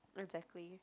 exactly